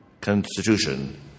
Constitution